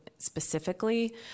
specifically